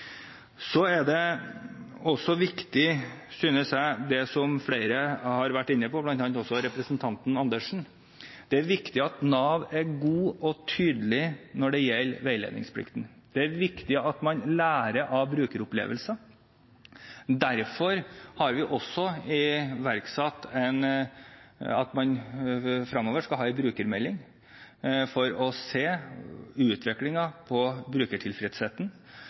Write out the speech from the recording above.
Så er det også viktig, synes jeg, det som flere har vært inne på, bl.a. representanten Dag Terje Andersen, at Nav er gode og tydelige når det gjelder veiledningsplikten. Det er viktig at man lærer av brukeropplevelser. Derfor har vi også iverksatt at man fremover skal ha en brukermelding for å se utviklingen på brukertilfredsheten,